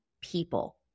people